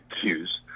cues